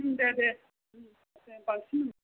दे दे बांसिन